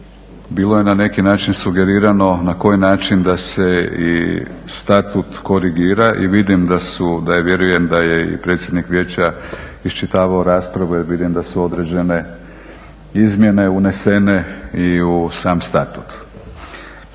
bilo je na neki način sugerirano na koji način da se i statut korigira i vidim da su, vjerujem da je i predsjednik vijeća iščitavao raspravu jer vidim da su određene izmjene unesene i u sam statut.